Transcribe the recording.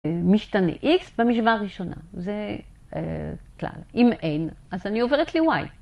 משתנה איקס במשוואה הראשונה. זה כלל. אם אין, אז אני עוברת לוואי.